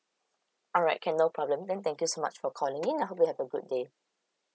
alright can no problem then thank you so much for calling in I hope you have a good day